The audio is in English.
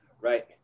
Right